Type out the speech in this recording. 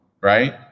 right